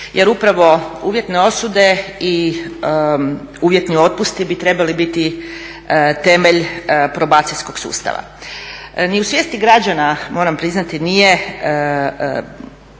jer upravo uvjetne osude i uvjetni otpusti bi trebali biti temelj probacijskog sustava. Ni u svijesti građana moram priznati nije